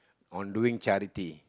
on doing charity